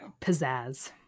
Pizzazz